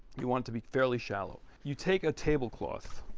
you want to be fairly shallow you take a tablecloth